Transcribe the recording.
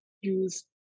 use